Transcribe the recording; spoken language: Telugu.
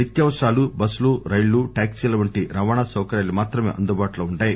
నిత్యావసరాలు బస్సులు రైళ్ళు టాక్పీ ల వంటి రవాణా సౌకర్యాలు మాత్రమే అందుబాటులో ఉంటాయి